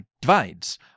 divides